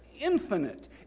infinite